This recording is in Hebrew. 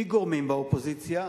מגורמים באופוזיציה,